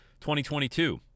2022